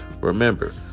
Remember